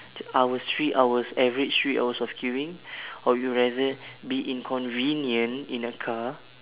t~ hours three hours average three hours of queuing or you rather be inconvenient in a car